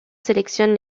sélectionne